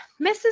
Mrs